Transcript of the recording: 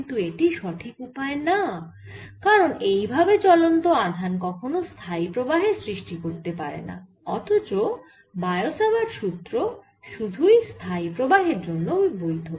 কিন্তু এটি সঠিক উপায় না কারণ এই ভাবে চলন্ত আধান কখনো স্থায়ী প্রবাহের সৃষ্টি করতে পারেনা অথচ বায়ো স্যাভার্ট সুত্র সুধুই স্থায়ী প্রবাহের জন্য বৈধ